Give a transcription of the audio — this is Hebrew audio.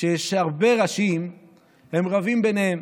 כשיש הרבה ראשים הם רבים ביניהם,